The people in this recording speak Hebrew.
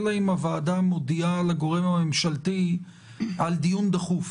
אלא אם הוועדה מודיעה לגורם הממשלתי על דיון דחוף